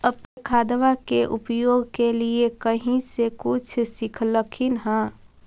अपने खादबा के उपयोग के लीये कही से कुछ सिखलखिन हाँ?